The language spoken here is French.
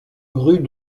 rue